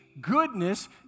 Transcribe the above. goodness